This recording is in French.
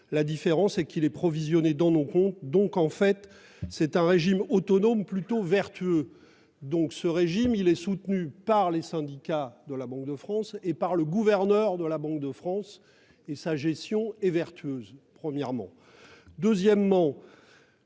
La différence est qu'il « est provisionné dans nos comptes. C'est donc en réalité un régime autonome plutôt vertueux. » Ce régime est soutenu par les syndicats de la Banque de France et par le gouverneur de la Banque de France, et sa gestion est vertueuse. Deuxièmement,